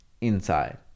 inside